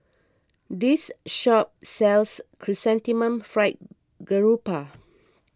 this shop sells Chrysanthemum Fried Garoupa